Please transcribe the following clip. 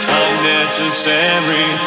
unnecessary